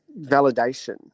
validation